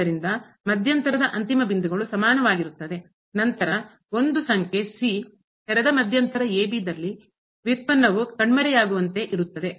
ಆದ್ದರಿಂದ ಮಧ್ಯಂತರದ ಅಂತಿಮ ಬಿಂದುಗಳು ಸಮಾನವಾಗಿರುತ್ತದೆ ನಂತರ ಒಂದು ಸಂಖ್ಯೆ ತೆರೆದ ಮಧ್ಯಂತರ ವ್ಯುತ್ಪನ್ನ ವು ಕಣ್ಮರೆಯಾಗುವಂತೆ ಇರುತ್ತದೆ